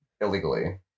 illegally